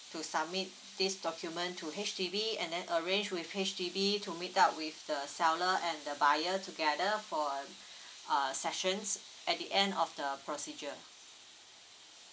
to submit this document to H_D_B and then arrange with H_D_B to meet up with the seller and the buyer together for uh sessions at the end of the procedure